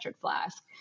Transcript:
flask